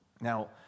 Now